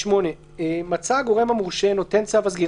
הארכת תוקפו של צו סגירה מינהלי 8. מצא הגורם המורשה נותן צו הסגירה